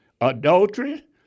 Adultery